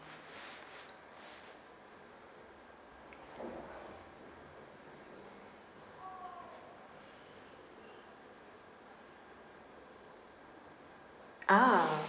ah